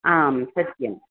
आं सत्यं